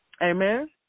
Amen